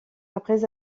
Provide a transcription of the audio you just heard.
après